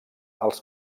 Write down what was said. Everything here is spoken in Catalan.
els